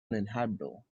uninhabitable